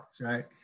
right